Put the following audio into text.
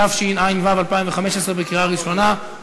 התשע"ו 2015, קריאה ראשונה.